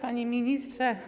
Panie Ministrze!